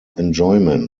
enjoyment